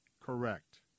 correct